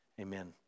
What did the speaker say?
Amen